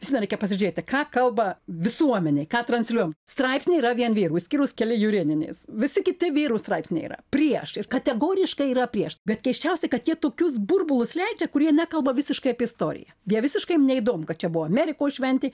vis viena reikia pasižiūrėti ką kalba visuomenei ką transliuojam straipsniai yra vien vyrų išskyrus keli jurėnienės visi kiti vyrų straipsniai yra prieš ir kategoriškai yra prieš bet keisčiausia kad jie tokius burbulus leidžia kurie nekalba visiškai apie istoriją jie visiškai jiem neįdomu kad čia buvo amerikos šventė